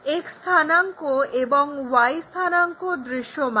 X স্থানাঙ্ক এবং Y স্থানাঙ্ক দৃশ্যমান